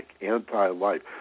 anti-life